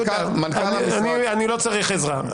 --- יהודה, אני לא צריך עזרה.